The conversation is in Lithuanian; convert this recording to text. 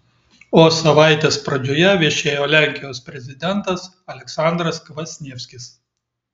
o savaitės pradžioje viešėjo lenkijos prezidentas aleksandras kvasnievskis